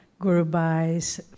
gurubais